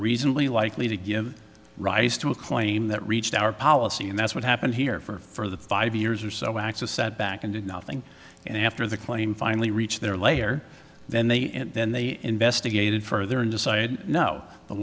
reasonably likely to give rise to a claim that reached our policy and that's what happened here for the five years or so acts of sat back and did nothing and after the claim finally reached their layer then they then they investigated further and decided no the